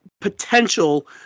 potential